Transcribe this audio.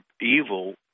evil